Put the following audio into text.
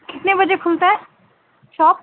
کتنے بجے کھلتا ہے شاپ